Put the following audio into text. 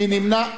מי נמנע?